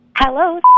Hello